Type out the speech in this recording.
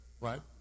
Right